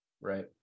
Right